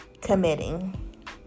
committing